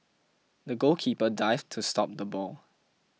the goalkeeper dived to stop the ball